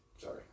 Sorry